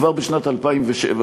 כבר שבנת 2007,